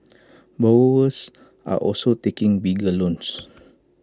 borrowers are also taking bigger loans